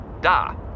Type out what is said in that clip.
da